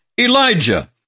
Elijah